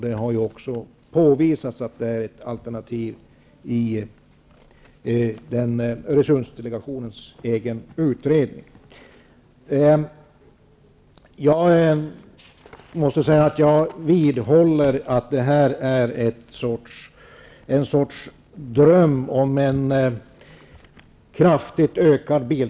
Det har också visats på att detta är ett alternativ i Öresundsdelegationens egen utredning. Jag vidhåller att detta är en sorts dröm om en kraftigt ökad biltrafik.